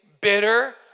bitter